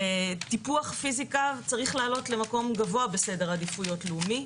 טיפוח פיזיקה צריך לעלות למקום גבוה בסדר העדיפויות הלאומי.